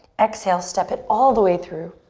exhale, step it all the way through.